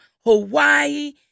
Hawaii